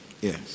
yes